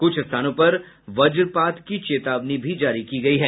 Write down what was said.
कुछ स्थानों पर वज्रपात की भी चेतावनी जारी की गई है